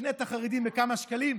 נקנה את החרדים בכמה שקלים.